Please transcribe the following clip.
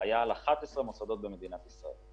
היו על 11 מוסדות במדינת ישראל.